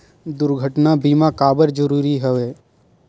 दुर्घटना बीमा काबर जरूरी हवय?